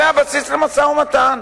זה הבסיס למשא-ומתן.